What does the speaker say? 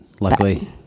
luckily